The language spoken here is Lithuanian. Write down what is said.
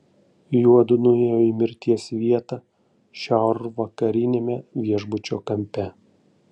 juodu nuėjo į mirties vietą šiaurvakariniame viešbučio kampe